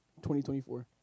2024